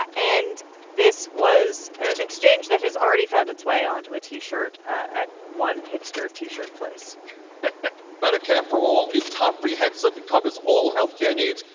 ah and this was an exchange that has already found its way onto a t-shirt at one hipster t-shirt place medicare for all is comprehensive. it covers all health care needs.